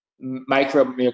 micro